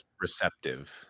receptive